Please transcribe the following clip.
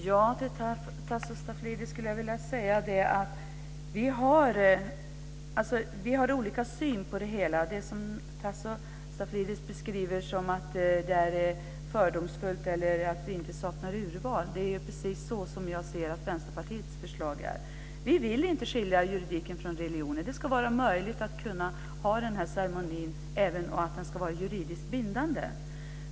Fru talman! Till Tasso Stafilidis skulle jag vilja säga att vi har olika syn på det hela. Tasso Stafilidis beskriver det som att det är fördomsfullt eller att vi inte har något urval. Men det är precis så som jag ser att Vänsterpartiets förslag är. Vi vill inte skilja juridiken från religionen. Det ska vara möjligt att ha denna ceremoni, och den ska vara juridiskt bindande.